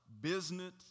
business